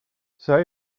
zij